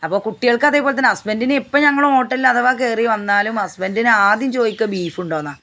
അപ്പോൾ കുട്ടികൾക്കതേപോലെതന്നെ ഹസ്ബൻഡിന് എപ്പോൾ ഞങ്ങൾ ഹോട്ടലിൽ അഥവാ കയറി വന്നാലും ഹസ്ബൻഡിന് ആദ്യം ചോദിക്കാ ബീഫുണ്ടോ എന്നാണ്